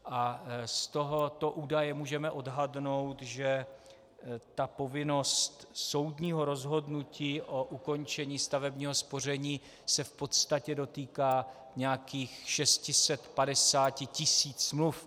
Z tohoto údaje můžeme odhadnout, že ta povinnost soudního rozhodnutí o ukončení stavebního spoření se v podstatě dotýká nějakých 650 tisíc smluv.